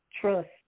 Trust